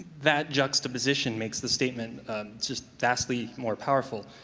that juxtaposition makes the statement just vastly more power ful.